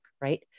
right